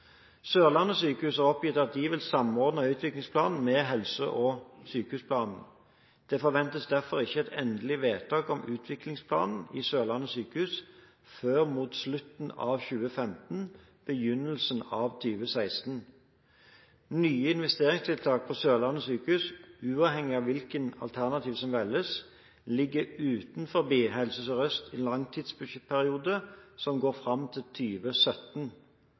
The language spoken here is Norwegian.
Sørlandet sykehus har oppgitt at de vil samordne utviklingsplanen med helse- og sykehusplanen. Det forventes derfor ikke et endelig vedtak om utviklingsplanen i Sørlandet sykehus før mot slutten av 2015/begynnelsen av 2016. Nye investeringstiltak på Sørlandet sykehus, uavhengig av hvilket alternativ som velges, ligger utenfor Helse Sør-Østs langtidsbudsjettperiode, som går fram til